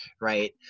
right